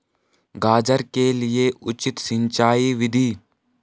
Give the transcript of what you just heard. गाजर के लिए उचित सिंचाई विधि?